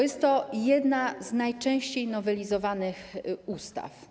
Jest to jedna z najczęściej nowelizowanych ustaw.